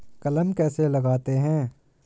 कलम कैसे लगाते हैं?